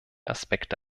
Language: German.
aspekte